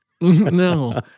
no